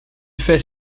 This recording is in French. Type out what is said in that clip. fait